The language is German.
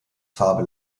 farbe